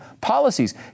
policies